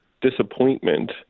disappointment